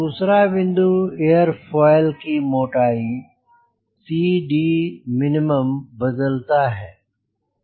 दूसरा बिंदु एयरोफॉयल की मोटाई CDmin बदलता है